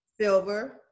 silver